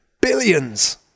Billions